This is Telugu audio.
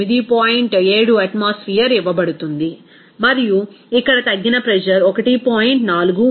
7 అట్మాస్ఫియర్ ఇవ్వబడుతుంది మరియు ఇక్కడ తగ్గిన ప్రెజర్ 1